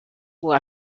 lower